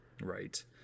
right